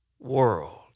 World